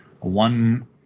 one